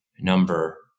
number